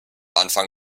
anfang